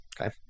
Okay